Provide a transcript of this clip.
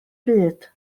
byd